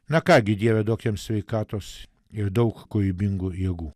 na ką gi dieve duok jam sveikatos ir daug kūrybingų jėgų